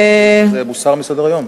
זה הוסר מסדר-היום?